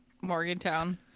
Morgantown